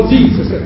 Jesus